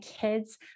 kids